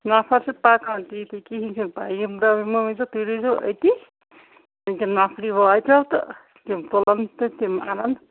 نفر چھِ پکان تی تہِ کِہیٖنۍ چھِ یِم مٲنۍ تَو تُہۍ روٗزیٚو أتی یٔکیٛاہ نفری واتیو تہٕ تِم تُلَن تہٕ تِم اَنَن